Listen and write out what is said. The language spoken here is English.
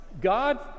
God